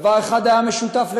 דבר אחד היה משותף לכולם: